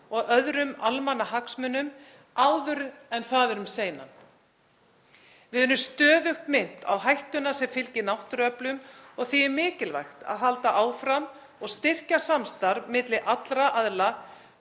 og öðrum almannahagsmunum áður en það er um seinan. Við erum stöðugt minnt á hættuna sem fylgir náttúruöflum og því er mikilvægt að halda áfram og styrkja samstarf milli allra aðila,